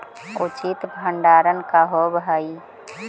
उचित भंडारण का होव हइ?